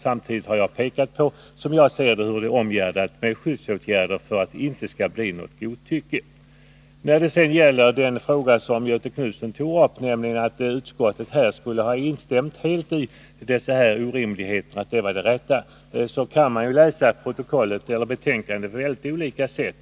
Samtidigt har jag pekat på hur det hela är omgärdat med skyddsåtgärder, för att det inte skall bli fråga om något godtycke. När det sedan gäller vad Göthe Knutson tog upp, nämligen påståendet att utskottet helt skulle ha instämt i att de nämnda orimliga konsekvenserna skulle vara riktiga, vill jag framhålla att man kan läsa betänkandet på mycket olika sätt.